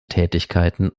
tätigkeiten